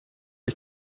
ich